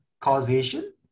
causation